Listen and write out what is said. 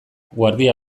guardia